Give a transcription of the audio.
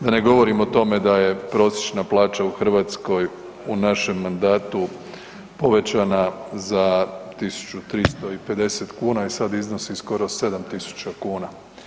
Da ne govorim o tome da je prosječna plaća u Hrvatskoj u našem mandatu povećana za 1.350 kuna i sad iznosi skoro 7.000 kuna.